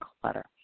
clutter